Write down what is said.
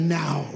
now